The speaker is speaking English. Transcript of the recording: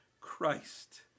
Christ